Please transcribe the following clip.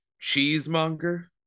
Cheesemonger